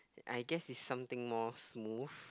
I guess is something more smooth